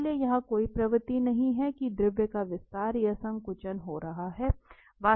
इसलिए यहां कोई प्रवृत्ति नहीं है कि द्रव का विस्तार या संकुचन हो रहा है